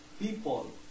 people